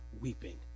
weeping